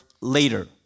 later